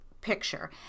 picture